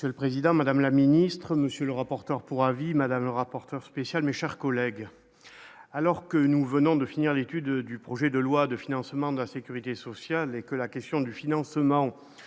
Monsieur le Président, Madame la Ministre, Monsieur le rapporteur pour avis Madame, rapporteur spécial, mes chers collègues, alors que nous venons de finir l'étude du projet de loi de financement de la Sécurité sociale et que la question du financement